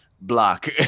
block